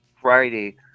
Friday